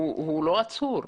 הוא לא עצור.